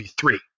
three